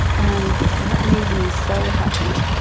and that made me so happy